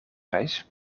reis